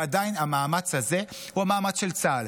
ועדיין המאמץ הזה הוא המאמץ של צה"ל.